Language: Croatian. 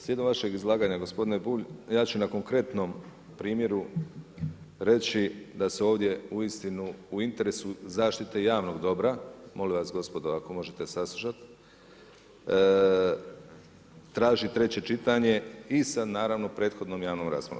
Slijedom vašeg izlaganja gospodine Bulj ja ću na konkretnom primjeru reći da se ovdje uistinu u interesu zaštite javnog dobra, molim vas gospodo ako možete saslušat, traži treće čitanje i sa naravno prethodnom javnom raspravom.